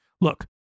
Look